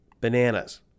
Bananas